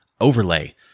overlay